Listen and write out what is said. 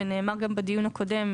ונאמר גם בדיון הקודם,